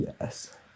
Yes